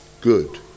good